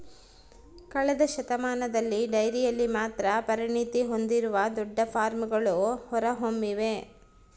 ಕಳೆದ ಶತಮಾನದಲ್ಲಿ ಡೈರಿಯಲ್ಲಿ ಮಾತ್ರ ಪರಿಣತಿ ಹೊಂದಿರುವ ದೊಡ್ಡ ಫಾರ್ಮ್ಗಳು ಹೊರಹೊಮ್ಮಿವೆ